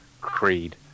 Creed